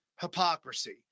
hypocrisy